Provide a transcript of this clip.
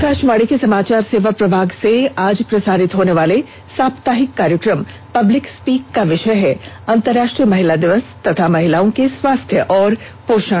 आकाशवाणी के समाचार सेवा प्रभाग से आज प्रसारित होने वाले साप्ताहिक कार्यक्रम पब्लिक स्पीक का विषय है अंतराष्ट्रीय महिला दिवस तथा महिलाओं का स्वास्थ्थ और पोषण